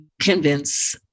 convince